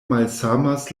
malsamas